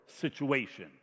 situation